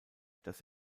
dass